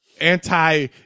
anti